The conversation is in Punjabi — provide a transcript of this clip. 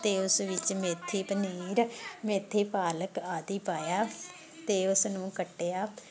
ਅਤੇ ਉਸ ਵਿੱਚ ਮੇਥੀ ਪਨੀਰ ਮੇਥੀ ਪਾਲਕ ਆਦਿ ਪਾਇਆ ਅਤੇ ਉਸਨੂੰ ਕੱਟਿਆ